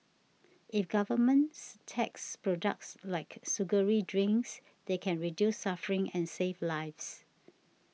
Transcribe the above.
if governments tax products like sugary drinks they can reduce suffering and save lives